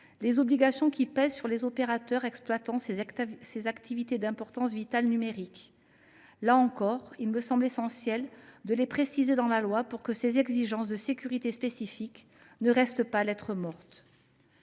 les obligations qui pèsent sur les opérateurs exploitant ces activités d’importance vitale numériques. Là encore, il me semble essentiel de les préciser dans la loi, pour que ces exigences de sécurité spécifiques ne restent pas lettre morte.